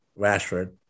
Rashford